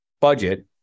budget